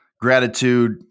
gratitude